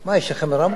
יש לכם רמקול,